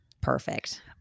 perfect